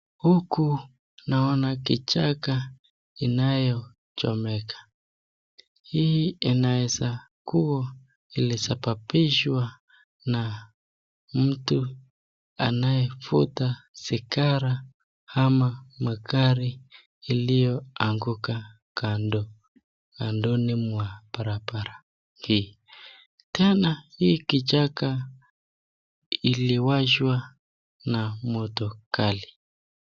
Huku naona kichaka inayochomeka hii inaweza kuwa ilisababishwa na mtu anayevuta sigara ama magari iliyo anguka kando ya barabra hii, tena hii kichaka iliwashwa na moto kali.